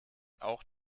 auch